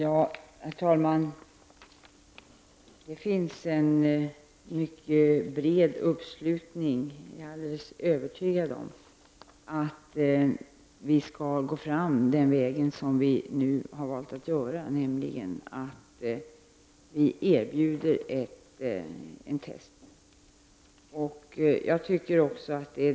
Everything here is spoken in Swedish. Herr talman! Det finns en mycket bred uppslutning — det är jag alldeles övertygad om — kring att vi skall gå fram den väg som vi har valt att gå, nämligen att vi erbjuder HIV-test.